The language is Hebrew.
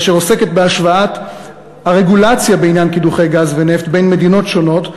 אשר עוסקת בהשוואת הרגולציה בעניין קידוחי גז ונפט במדינות שונות,